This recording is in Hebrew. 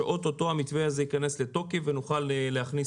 שאו-טו-טו המתווה הזה ייכנס לתוקף ונוכל להכניס